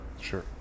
Sure